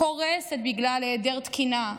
קורסת בגלל היעדר תקינה,